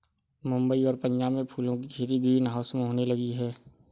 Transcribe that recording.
मुंबई और पंजाब में फूलों की खेती ग्रीन हाउस में होने लगी है